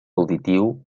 auditiu